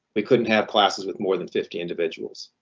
we couldn't have classes with more than fifty individuals.